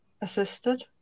assisted